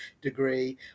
degree